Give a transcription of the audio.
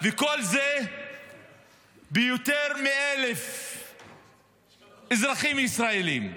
כל זה ביותר מ-1,000 אזרחים ישראלים.